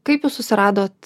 kaip jūs susiradot